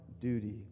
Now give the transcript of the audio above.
duty